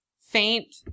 faint